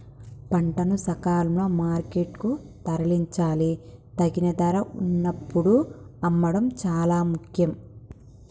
పంటను సకాలంలో మార్కెట్ కు తరలించాలి, తగిన ధర వున్నప్పుడు అమ్మడం చాలా ముఖ్యం